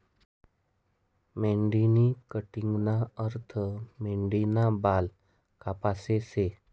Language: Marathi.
मेंढीनी कटिंगना अर्थ मेंढीना बाल कापाशे शे